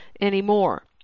anymore